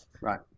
Right